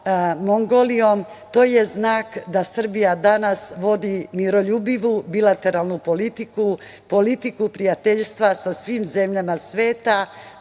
Mongolijom. To je znak da Srbija danas vodi miroljubivu bilateralnu politiku, politiku prijateljstva sa svim zemljama sveta